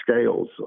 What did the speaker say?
scales